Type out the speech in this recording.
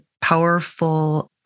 powerful